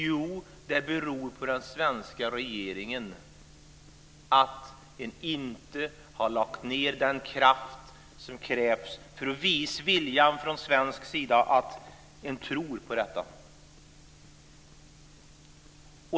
Jo, det beror på den svenska regeringen och att denna inte har lagt ned den kraft som krävs för att från svensk sida visa den rätta viljan, att man tror på detta.